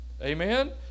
Amen